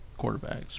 quarterbacks